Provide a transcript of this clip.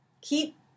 Keep